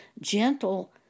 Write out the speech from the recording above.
gentle